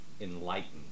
enlightened